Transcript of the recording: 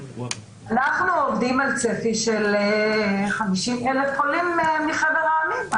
אנחנו עובדים על צפי של 50,000 עולים מחבר העמים.